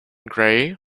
grey